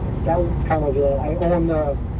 terrible on